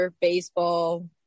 baseball